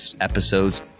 episodes